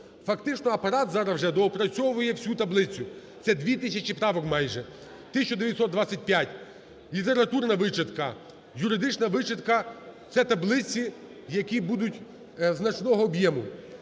Фактично Апарат зараз вже доопрацьовує всю таблицю, це 2 тисячі правок майже, 1 тисяча 925, літературна вичитка, юридична вичитка, це таблиці, які будуть значного об'єму.